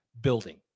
building